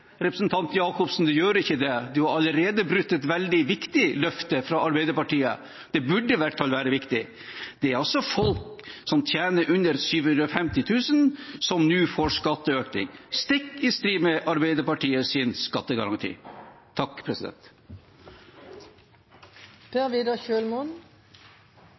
representanten Jacobsen, du gjør ikke det, du har allerede brutt et veldig viktig løfte fra Arbeiderpartiet – det burde i hvert fall være viktig. Det er altså folk som tjener under 750 000 kr, som nå får skatteøkning, stikk i strid med Arbeiderpartiets skattegaranti.